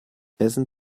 essen